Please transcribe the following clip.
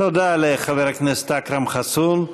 תודה לחבר הכנסת אכרם חסון.